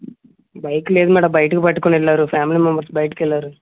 bike లేదు madam బయటకు పట్టుకుని వెళ్ళారు ఫ్యామిలీ మెంబర్స్ బయటకు వెళ్ళారు